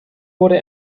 wurde